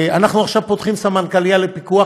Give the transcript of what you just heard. עכשיו אנחנו פותחים סמנכ"לייה לפיקוח.